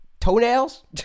toenails